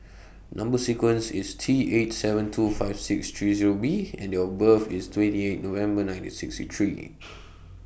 Number sequence IS T eight seven two five six three Zero B and Date of birth IS twenty eight November nineteen sixty three